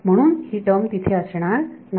म्हणून ही टर्म तिथे असणार नाही